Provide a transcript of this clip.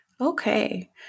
Okay